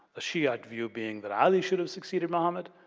a shiite view being that aadi should have succeeded muhammad.